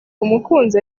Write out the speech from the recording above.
umukunzi